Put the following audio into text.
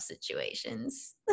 situations